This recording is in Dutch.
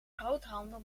groothandel